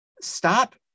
stop